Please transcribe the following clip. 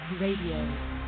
Radio